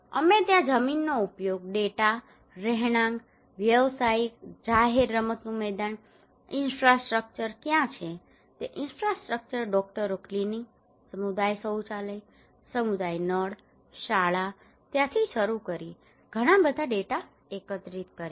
અમે ત્યાં જમીનનો ઉપયોગ ડેટા રહેણાંક વ્યવસાયિક જાહેર રમતનું મેદાન ઇન્ફ્રાસ્ટ્રક્ચર કયા છે તે ઇન્ફ્રાસ્ટ્રક્ચર્સ ડોક્ટરો ક્લિનિક સમુદાય શૌચાલય સમુદાય નળ શાળા ત્યાંથી શરૂ કરીને ઘણા બધા ડેટા એકત્રિત કર્યા